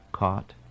Caught